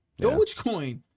Dogecoin